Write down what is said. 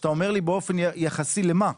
באופן יחסי למה?